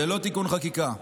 ללא תיקון חקיקה,